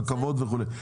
רכבות וכולי.